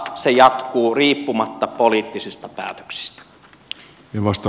se jatkuu riippumatta poliittisista päätöksistä